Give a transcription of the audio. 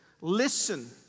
Listen